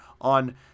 on